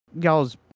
y'all's